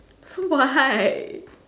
why